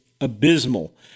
abysmal